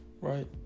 Right